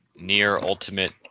near-ultimate